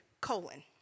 colon